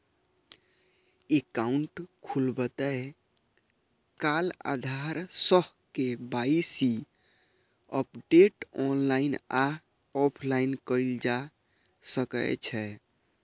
account खोलबैत काल आधार सं के.वाई.सी अपडेट ऑनलाइन आ ऑफलाइन कैल जा सकै छै